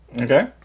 Okay